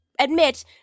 Admit